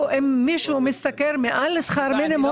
זכותו של אדם להשתכר מעל לשכר מינימום,